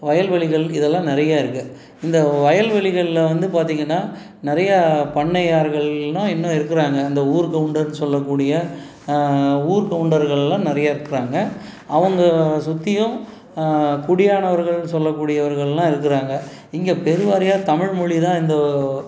வயல்வெளிகள் இதெல்லாம் நிறையா இருக்குது இந்த வயல்வெளிகள்ல வந்து பார்த்தீங்கன்னா நிறையா பண்ணையார்கள்லெலாம் இன்னும் இருக்கிறாங்க இந்த ஊர் கவுண்டர்னு சொல்லக்கூடிய ஊர் கவுண்டர்கள்லாம் நிறையா இருக்கிறாங்க அவங்க சுற்றியும் குடியானவர்கள்னு சொல்லக்கூடியவர்கள்லாம் இருக்கிறாங்க இங்கே பெருவாரியான தமிழ்மொழி தான் இந்தோ